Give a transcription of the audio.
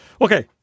Okay